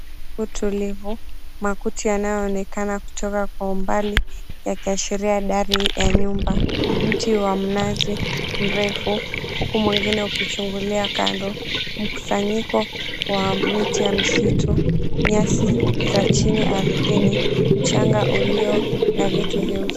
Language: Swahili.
Utulivu, makuti yanayoonekana kutoka kwa umbali yakiashiria dari ya nyumba, mti wa mnazi mrefu huku mwengine ukichungulia kando, mkusanyiko wa miti ya misitu, nyasi za chini ardhini, mchanga ulio na vitu vyeusi.